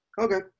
Okay